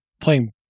playing